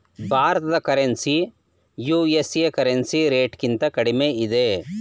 ಭಾರತದ currency USA currency ರೇಟ್ಗಿಂತ ಕಡಿಮೆ ಇದೆ